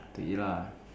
to eat lah